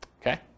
Okay